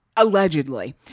allegedly